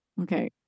Okay